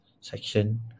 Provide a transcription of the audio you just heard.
section